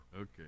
Okay